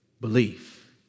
belief